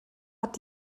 hat